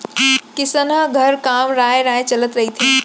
किसनहा घर काम राँय राँय चलत रहिथे